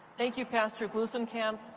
thank you, pastor glusenkamp.